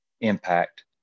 impact